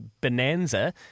bonanza